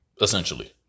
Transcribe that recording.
essentially